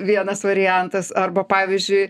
vienas variantas arba pavyzdžiui